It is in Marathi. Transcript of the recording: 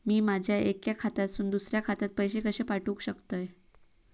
मी माझ्या एक्या खात्यासून दुसऱ्या खात्यात पैसे कशे पाठउक शकतय?